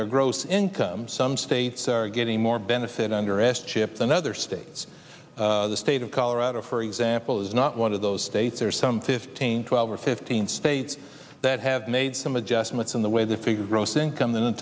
their gross income some states are getting more benefit under arrest chip than other states the state of colorado for example is not one of those states there are some fifteen twelve or fifteen states that have made some adjustments in the way the figures gross income tha